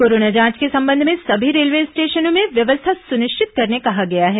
corona जांच के संबंध में सभी रेलवे स्टेशनों में व्यवस्था सुनिश्चित करने कहा गया है